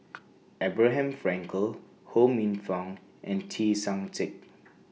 Abraham Frankel Ho Minfong and